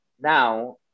now